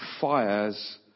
fires